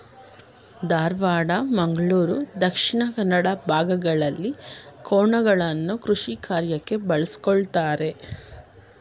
ಧಾರವಾಡ, ಮಂಗಳೂರು ದಕ್ಷಿಣ ಕನ್ನಡ ಭಾಗಗಳಲ್ಲಿ ಕೋಣಗಳನ್ನು ಕೃಷಿಕಾರ್ಯಕ್ಕೆ ಬಳಸ್ಕೊಳತರೆ